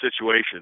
situation